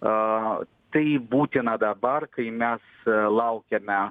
o tai būtina dabar kai mes laukiame